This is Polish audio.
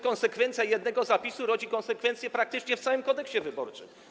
Konsekwencja jednego zapisu rodzi konsekwencje praktycznie w całym Kodeksie wyborczym.